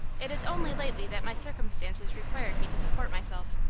it is only lately that my circumstances required me to support myself.